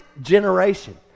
generation